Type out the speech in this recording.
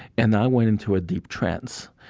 and i went into a deep trance.